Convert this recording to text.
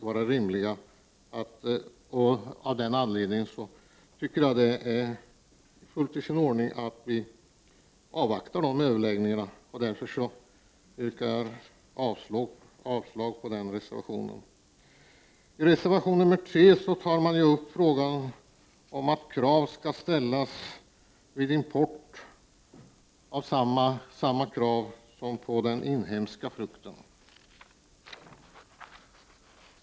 Av den anledning är det fullt i sin ordning att vi avvaktar dessa överläggningar. Därför yrkar jag avslag på den reservationen. I reservation 3 tar man ju upp frågan om att samma krav skall ställas vid import som de krav som ställs den inhemskt odlade frukten.